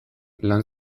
lan